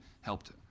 helped